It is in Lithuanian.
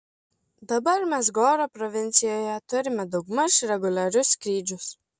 dabar mes goro provincijoje turime daugmaž reguliarius skrydžius